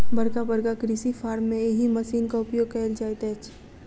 बड़का बड़का कृषि फार्म मे एहि मशीनक उपयोग कयल जाइत अछि